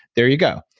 there you go.